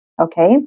okay